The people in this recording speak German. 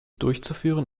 durchzuführen